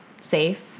safe